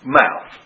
mouth